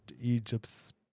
Egypt's